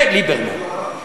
זה ליברמן.